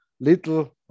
little